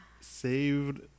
saved